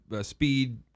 speed